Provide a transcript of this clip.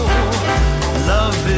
love